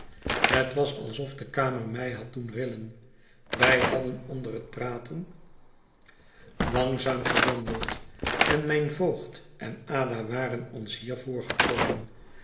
het was alsof de kamer mij had doen rillen wij hadden onder het praten langzaam gewandeld en mijn voogd en ada waren ons hier